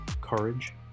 courage